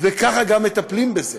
וככה גם מטפלים בזה,